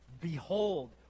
behold